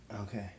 Okay